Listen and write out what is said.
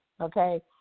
okay